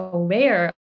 aware